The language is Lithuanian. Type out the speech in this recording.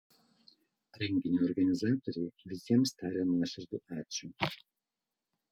renginio organizatoriai visiems taria nuoširdų ačiū